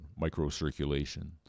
microcirculation